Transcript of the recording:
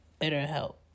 BetterHelp